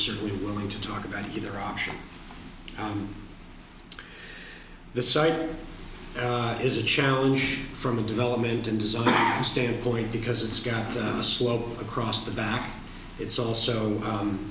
certainly willing to talk about either option on the site is a challenge from a development and design standpoint because it's got a slope across the back it's also